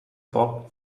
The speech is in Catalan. poc